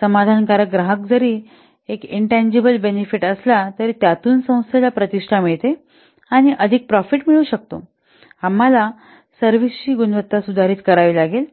समाधानकारक ग्राहक जरी एक इन टँजिबल बेनिफिट असला तरी त्यातून संस्थेला प्रतिष्ठा मिळते आणि अधिक प्रॉफिट मिळू शकतो आम्हाला सर्विस ची गुणवत्ता सुधारित करावी लागेल